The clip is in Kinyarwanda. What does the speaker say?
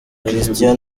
christian